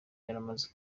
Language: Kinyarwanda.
yamaze